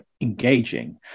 engaging